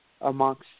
amongst